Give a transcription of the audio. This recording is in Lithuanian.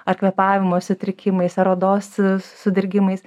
ar kvėpavimo sutrikimais ar odos sudirgimais